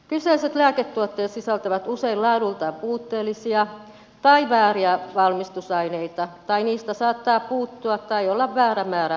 kyseiset lääketuotteet sisältävät usein laadultaan puutteellisia tai vääriä valmistusaineita tai niistä saattaa puuttua tai niissä saattaa olla väärä määrä valmistusaineita